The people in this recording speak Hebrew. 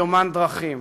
יומן דרכים",